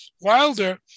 Wilder